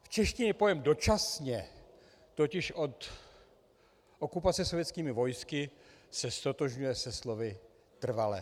V češtině pojem dočasně totiž od okupace sovětskými vojsky se ztotožňuje se slovy trvale.